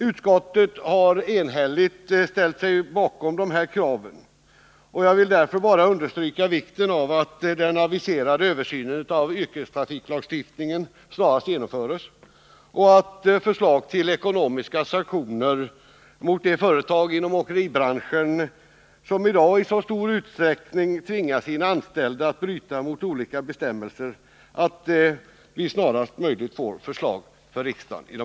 Utskottet har enhälligt ställt sig bakom dessa krav. Jag vill därför bara understryka vikten av att den aviserade översynen av yrkestrafiklagstiftningen snarast genomförs och att förslag till ekonomiska sanktioner mot de företag inom åkeribranschen som i dagi så stor utsträckning tvingar sina anställda att bryta mot olika bestämmelser snarast föreläggs riksdagen.